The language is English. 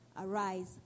Arise